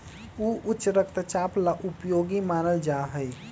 ऊ उच्च रक्तचाप ला उपयोगी मानल जाहई